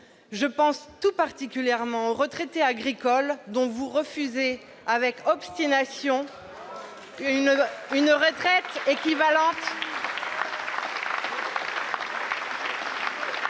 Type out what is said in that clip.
je pense tout particulièrement aux retraités agricoles, à qui vous refusez avec obstination une retraite équivalant